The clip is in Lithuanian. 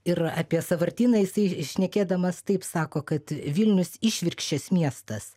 ir apie sąvartyną jisai šnekėdamas taip sako kad vilnius išvirkščias miestas